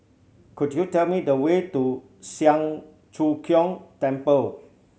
could you tell me the way to Siang Cho Keong Temple